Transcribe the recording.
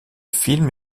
film